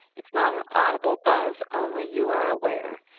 it's not an audible buzz. only you are aware.